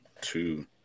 two